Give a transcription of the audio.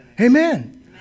Amen